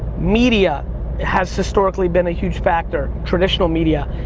media has historically been a huge factor, traditional media,